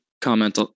comment